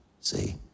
see